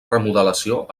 remodelació